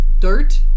dirt